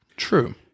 True